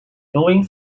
going